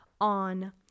on